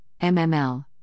MML